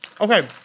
Okay